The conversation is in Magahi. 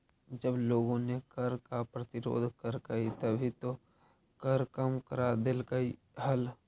जब लोगों ने कर का प्रतिरोध करकई तभी तो कर कम करा देलकइ हल